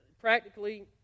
practically